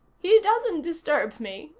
he doesn't disturb me.